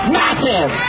massive